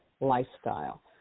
lifestyle